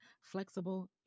flexible